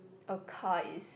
a car is